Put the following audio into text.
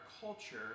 culture